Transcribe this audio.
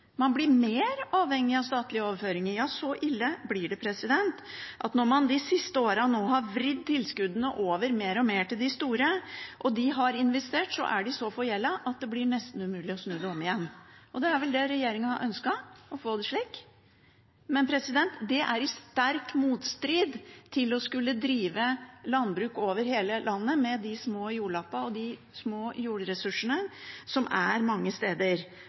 man blir mindre avhengig av statlige overføringer, man blir mer avhengig av statlige overføringer. Så ille blir det at når man de siste årene har vridd tilskuddene mer og mer over til de store og de har investert, er de så forgjeldet at det blir nesten umulig å snu det igjen. Å få det slik er vel det som regjeringen ønsket, men det er i sterk motstrid til det å skulle drive landbruk over hele landet, med de små jordlappene og de små jordressursene som er mange steder.